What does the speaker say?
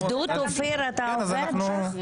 אופיר, אתה עובד בתנאי עבדות?